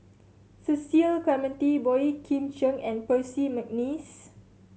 Cecil Clementi Boey Kim Cheng and Percy McNeice